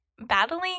battling